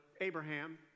Abraham